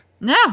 No